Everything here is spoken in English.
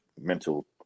mental